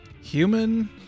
Human